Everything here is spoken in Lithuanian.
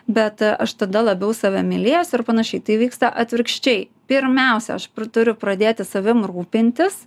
bet aš tada labiau save mylėsiu ir panašiai tai vyksta atvirkščiai pirmiausia aš turiu pradėti savim rūpintis